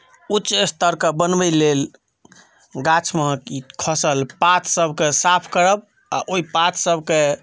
उच्च स्तरके बनबय लेल गाछमे खसल पातसभकेँ साफ करब आ ओहि पातसभकेँ